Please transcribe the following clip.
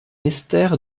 ester